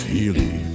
Healy